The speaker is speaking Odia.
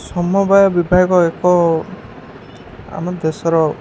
ସମବାୟ ବିଭାଗ ଏକ ଆମ ଦେଶର